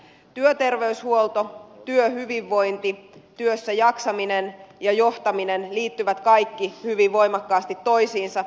työterveyshuolto työhyvinvointi työssäjaksaminen ja johtaminen liittyvät kaikki hyvin voimakkaasti toisiinsa